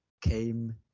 came